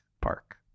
Park